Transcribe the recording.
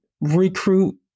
recruit